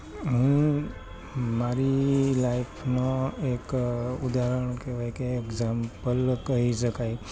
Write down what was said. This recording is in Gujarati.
હું મારી લાઈફમાં એક ઉદાહરણ કહેવાય કે એક્ઝામ્પલ કહી શકાય